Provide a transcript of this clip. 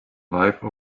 live